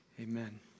Amen